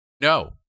no